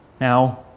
Now